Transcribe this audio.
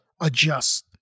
adjust